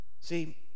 See